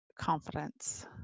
confidence